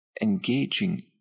engaging